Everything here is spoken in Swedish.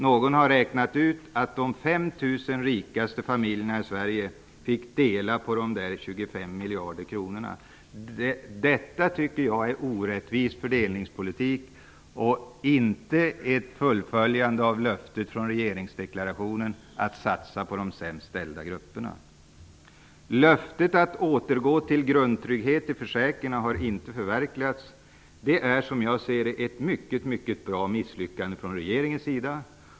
Någon har räknat ut att de 5 000 Jag tycker att detta är en orättvis fördelningspolitik som inte följer löftet från regeringsdeklarationen att satsa på de sämst ställda grupperna. Löftet att återgå till en grundtrygghet i försäkringarna har inte förverkligats. Det är ett mycket bra misslyckande från regeringens sida.